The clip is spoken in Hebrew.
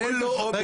זה לא עומס.